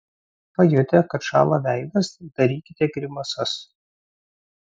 pajutę kad šąla veidas darykite grimasas